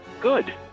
Good